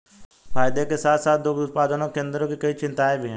फायदे के साथ साथ दुग्ध उत्पादन केंद्रों की कई चिंताएं भी हैं